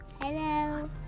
hello